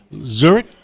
Zurich